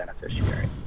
beneficiary